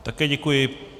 Také děkuji.